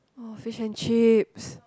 oh fish and chips